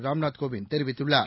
ராம்நாத் கோவிந்த் தெரிவித்துள்ளார்